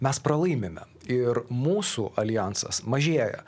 mes pralaimime ir mūsų aljansas mažėja